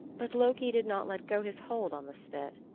but loki did not let go his hold on the spit.